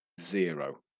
zero